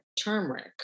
turmeric